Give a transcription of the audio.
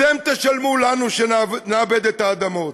אתם תשלמו לנו שנעבד את האדמות.